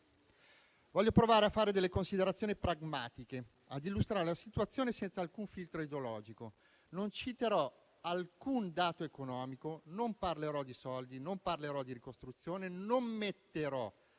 Voglio provare a fare delle considerazioni pragmatiche e a illustrare la situazione senza alcun filtro ideologico. Non citerò alcun dato economico, non parlerò di soldi, non parlerò di ricostruzione, non metterò